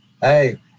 hey